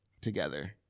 together